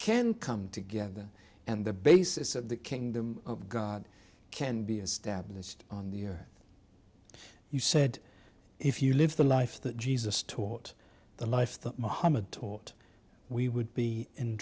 can come together and the basis of the kingdom of god can be established on the year you said if you live the life that jesus taught the life that muhammad taught we would be in